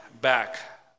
back